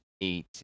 eight